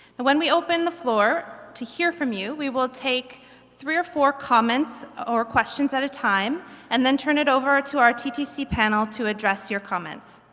and when we open the floor to hear from you we will take three or four comments or questions at a time and then turn it over to our ttc panel to address your comments.